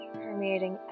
permeating